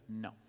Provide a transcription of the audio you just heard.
no